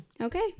Okay